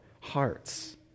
hearts